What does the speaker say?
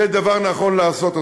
זה דבר שנכון לעשות.